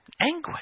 anguish